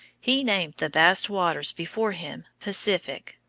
he named the vast waters before him pacific,